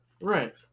Right